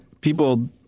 people